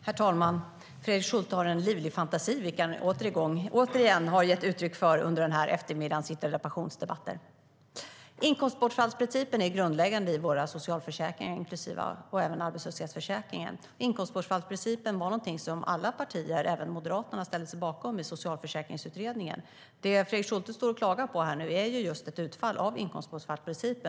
Herr talman! Fredrik Schulte har en livlig fantasi, vilken han återigen har gett uttryck för under eftermiddagens interpellationsdebatter. Inkomstbortfallsprincipen är grundläggande i våra socialförsäkringar och även i arbetslöshetsförsäkringen. Inkomstbortfallsprincipen var någonting som alla partier, även Moderaterna, ställde sig bakom i Socialförsäkringsutredningen. Det Fredrik Schulte nu står och klagar på är just ett utfall av inkomstbortfallsprincipen.